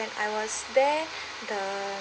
when I was there the